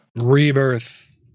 Rebirth